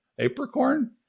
Apricorn